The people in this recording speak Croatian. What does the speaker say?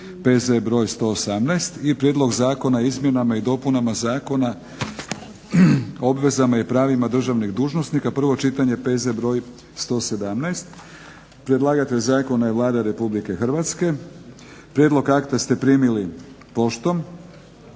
PZ br. 118; - Prijedlog zakona o izmjenama i dopunama Zakona o obvezama i pravima državnih dužnosnika, prvo čitanje PZ br. 117 Predlagatelj zakona je Vlada RH. Prijedlog akta ste primili poštom.